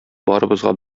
барыбызга